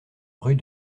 rue